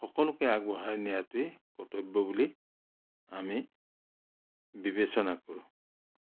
সকলোকে আগবঢ়াই নিয়াটোৱেই কৰ্তব্য বুলি আমি বিবেচনা কৰোঁ